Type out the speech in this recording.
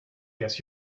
guess